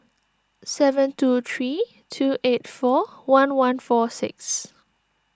seven two three two eight four one one four six